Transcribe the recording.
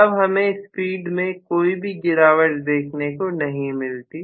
तब हमें स्पीड में कोई भी गिरावट देखने को नहीं मिलती